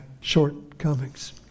shortcomings